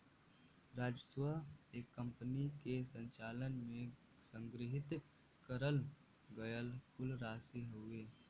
राजस्व एक कंपनी के संचालन में संग्रहित करल गयल कुल राशि हउवे